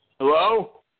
Hello